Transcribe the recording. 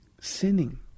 sinning